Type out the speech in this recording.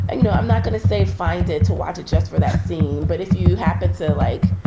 and you know, i'm not going to say find it to watch it just for that scene. but if you happen to, like,